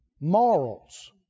Morals